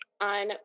on